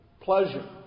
pleasure